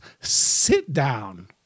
sit-down